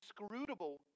inscrutable